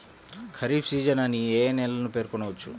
Kharif season అని ఏ ఏ నెలలను పేర్కొనవచ్చు?